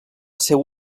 seu